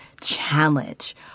challenge